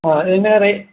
ആ ഇതിന്